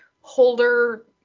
holder